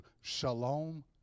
shalom